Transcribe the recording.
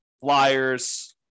flyers